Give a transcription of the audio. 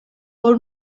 por